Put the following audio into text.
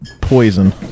poison